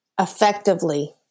effectively